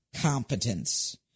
competence